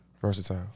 Versatile